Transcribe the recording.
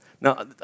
Now